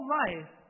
life